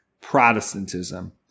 Protestantism